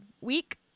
week